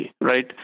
right